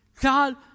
God